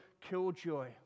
killjoy